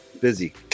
busy